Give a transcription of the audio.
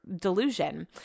delusion